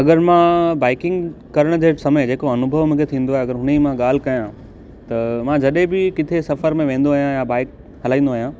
अगरि मां बाइकिंग करण जे समय जेको अनुभव मूंखे थींदो आहे अगरि हुनजी मां ॻाल्हि कया त मां जॾहिं बि किथे सफ़र में वेंदो आहियां या बाइक हलाईंदो आहियां